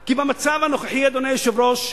כי במצב הנוכחי, אדוני היושב-ראש,